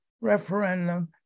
referendum